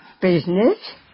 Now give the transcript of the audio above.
business